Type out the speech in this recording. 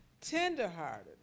tenderhearted